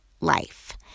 life